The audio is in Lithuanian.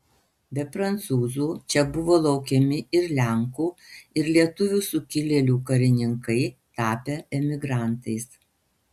be prancūzų čia buvo laukiami ir lenkų ir lietuvių sukilėlių karininkai tapę emigrantais